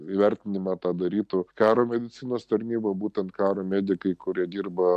įvertinimą tą darytų karo medicinos tarnyba būtent karo medikai kurie dirba